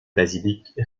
basilique